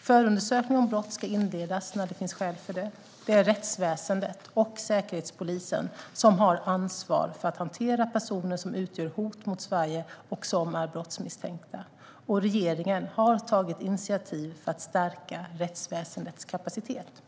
Förundersökning om brott ska inledas när det finns skäl för det. Det är rättsväsendet och Säkerhetspolisen som har ansvar för att hantera personer som utgör hot mot Sverige och som är brottsmisstänkta, och regeringen har tagit initiativ för att stärka rättsväsendets kapacitet.